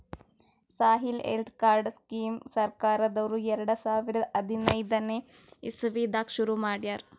soil health card scheme ಸರ್ಕಾರ್ದವ್ರು ಎರಡ ಸಾವಿರದ್ ಹದನೈದನೆ ಇಸವಿದಾಗ ಶುರು ಮಾಡ್ಯಾರ್